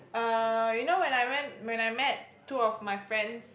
uh you know when I went when I met two of my friends